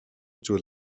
зүйл